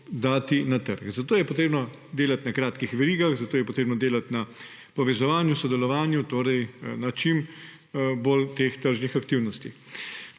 dati na trg. Zato je potrebno delati na kratkih verigah, zato je potrebno delati na povezovanju, sodelovanju, torej na čim bolj teh tržnih aktivnosti.